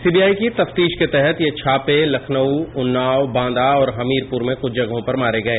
CBI की तफ्तीश के तहत ये छापे लखनऊ उन्नाव बांदा और हमीरपुर में कुछ जगहों पर मारे गये